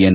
N